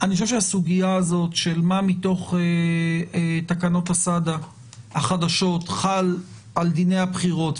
אני חושב שהסוגיה של מה מתוך תקנות הסד"א החדשות חל על דיני הבחירות,